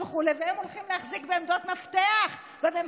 נפתלי: אתה הולך לסכם עם השותפים שלך משמאל